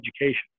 education